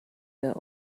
were